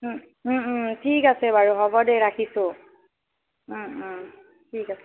ঠিক আছে বাৰু হ'ব দে ৰাখিছোঁ ঠিক আছে